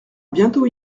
bientôt